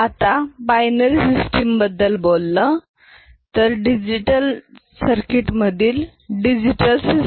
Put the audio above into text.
आता binary system बद्दल बोललं डिजिटल सर्किट मधील डिजिटल सिस्टम